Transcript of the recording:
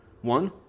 One